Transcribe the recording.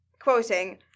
quoting